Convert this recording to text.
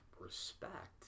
respect